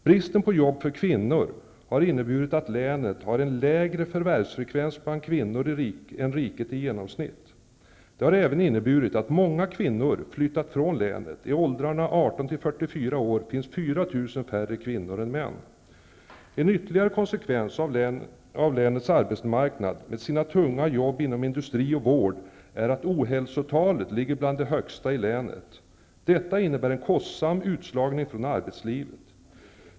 Bristen på jobb för kvinnor har inneburit att länet har en lägre förvärvsfrekvens bland kvinnor än riket i genomsnitt. Det har även inneburit att många kvinnor flyttat från länet. I åldrarna 18--44 En ytterligare konsekvens av länets arbetsmarknad med sina tunga jobb inom industri och vård, är att ohälsotalet ligger bland de högsta i landet. Detta innebär en kostsam utslagning från arbetslivet.